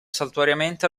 saltuariamente